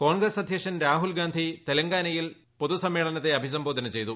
കോൺഗ്രസ് അധ്യക്ഷൻ രാഹുൽഗാന്ധി തെലങ്കാനയിൽ പൊതു സമ്മേളനത്തെ അഭിസംബോധന ചെയ്തു